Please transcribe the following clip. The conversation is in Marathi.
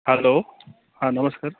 हॅलो हां नमस्कार